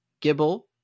Gibble